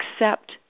accept